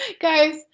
guys